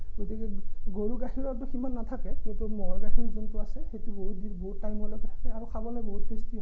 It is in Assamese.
গতিকে গৰু গাখীৰৰটোত সিমান নাথাকে কিন্তু ম'হৰ গাখীৰ যোনটো আছে সেইটো বহুত দিন বহুত টাইমলৈকে থাকে আৰু খাবলৈ বহুত টেষ্টি হয়